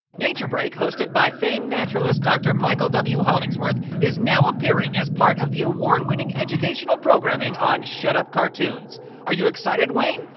nature break hosted by famed naturalist, dr. michael w hollingsworth is now appearing as part of the award-winning educational programming on shutup cartoons are you excited, wayne?